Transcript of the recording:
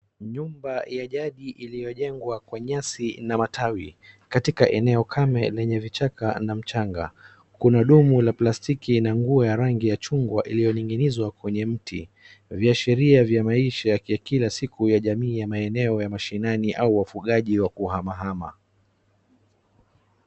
Nyumba ya jadi iliyojengwa kwa nyasi na matawi katika eneo kame lenye vichaka na mchanga. Kuna dumu la plastiki na nguo ya rangi ya chungwa iliyoning'inizwa kwenye mti. Viashiria vya maisha ya kila siku ya jamii ya maeneo ya mashinani au ufugaji wa kuhamahama.